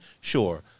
Sure